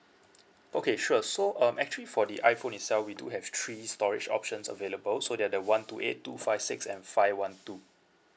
okay sure so um actually for the iphone itself we do have three storage options available so they're the one two eight two five six and five one two